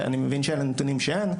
ואני מבין שאלה נתונים שאין,